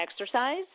exercise